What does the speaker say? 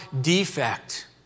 defect